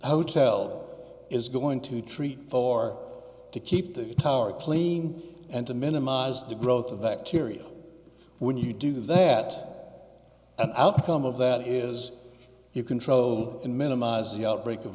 hotel is going to treat for to keep the power clean and to minimize the growth of bacteria when you do that an outcome of that is you control of the minimize the outbreak of